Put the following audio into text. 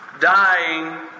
Dying